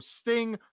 sting